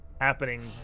Happening